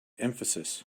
emphasis